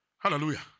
Hallelujah